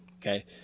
Okay